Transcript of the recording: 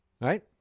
right